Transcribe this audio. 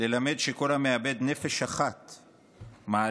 " שכל המאבד נפש אחת מישראל,